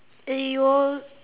eh you will